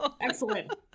Excellent